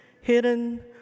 hidden